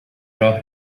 راه